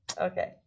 Okay